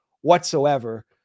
whatsoever